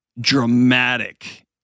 dramatic